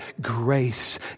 grace